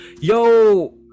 Yo